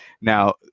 Now